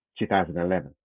2011